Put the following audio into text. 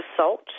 assault